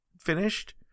finished